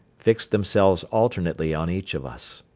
fixed themselves alternately on each of us.